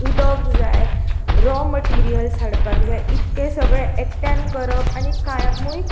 उदक जाय raw materials हाडपाक जाय इतकें सगळें एकट्यान करप आनी कामूय